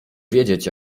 wiedzieć